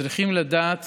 צריכים לדעת